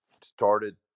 started